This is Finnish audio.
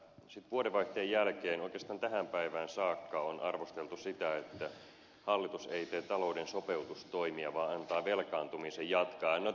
sitten vuodenvaihteen jälkeen oikeastaan tähän päivään saakka on arvosteltu sitä että hallitus ei tee talouden sopeutustoimia vaan antaa velkaantumisen jatkua